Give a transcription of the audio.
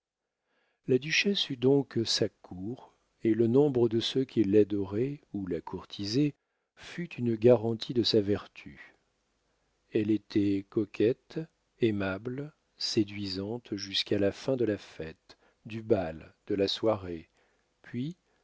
la duchesse eut donc sa cour et le nombre de ceux qui l'adoraient ou la courtisaient fut une garantie de sa vertu elle était coquette aimable séduisante jusqu'à la fin de la fête du bal de la soirée puis